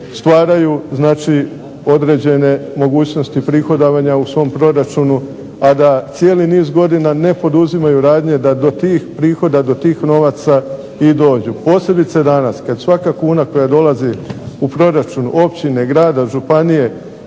stvaraju, znači određene mogućnosti prihodovanja u svom proračunu a da cijeli niz godina ne poduzimaju radnje da do tih prihoda, do tih novaca i dođu. Posebice danas kad svaka kuna koja dolazi u proračun općine, grada, županije